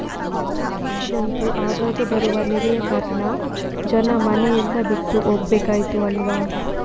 ಇತ್ತೀಚಿಗಂತೂ ಆಗಾಗ ಬರುವ ನೆರೆಯ ಕಾರಣ ಜನ ಮನೆ ಎಲ್ಲ ಬಿಟ್ಟು ಹೋಗ್ಬೇಕಾಯ್ತು ಅಲ್ವಾ